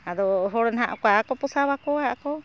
ᱟᱫᱚ ᱦᱚᱲ ᱱᱟᱦᱟᱸᱜ ᱚᱠᱟᱠᱚ ᱯᱚᱥᱟᱣᱟᱠᱚᱣᱟ ᱟᱠᱚ